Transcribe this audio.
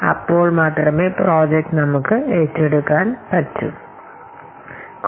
അപ്പോൾ മാത്രമേ പരിശോധിക്കാൻ കഴിയൂ വികസനത്തിനായി നമുക്ക് പദ്ധതി ഏറ്റെടുക്കാം അല്ലാത്തപക്ഷം വികസനത്തിനായി പദ്ധതി ഏറ്റെടുക്കരുത്